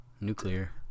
Nuclear